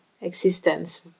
Existence